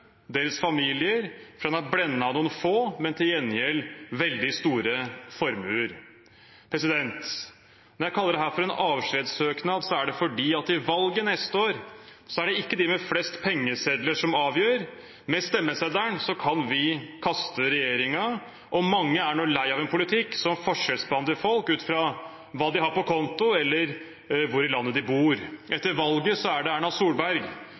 familier fordi han er blendet av noen få, men til gjengjeld veldig store, formuer. Når jeg kaller dette for en avskjedssøknad, er det fordi i valget neste år er det ikke dem med flest pengesedler som avgjør – med stemmeseddelen kan vi kaste regjeringen. Mange er nå lei av en politikk som forskjellsbehandler folk ut fra hva de har på konto, eller hvor i landet de bor. Etter valget er det Erna Solberg